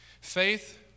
faith